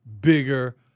bigger